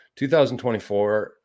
2024